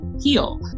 heal